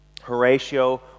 Horatio